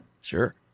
sure